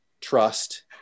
trust